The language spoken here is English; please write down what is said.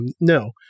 No